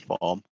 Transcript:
form